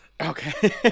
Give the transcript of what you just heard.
Okay